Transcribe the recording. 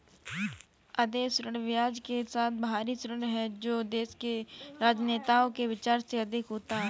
अदेय ऋण ब्याज के साथ बाहरी ऋण है जो देश के राजनेताओं के विचार से अधिक है